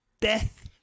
death